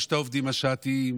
יש את העובדים השעתיים,